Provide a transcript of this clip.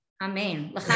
Amen